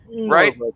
right